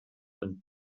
und